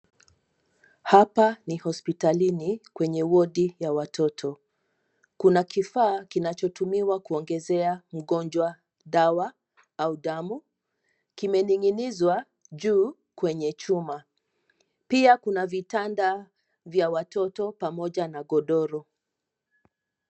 Hapa ni hospitalini kwenye wadi ya watoto. Kuna kifaa kinachotumiwa kuongezea mgonjwa dawa au damu ,kimening'inizwa juu kwenye chuma. Pia kuna vitanda vya watoto pamoja na godoro.